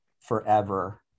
forever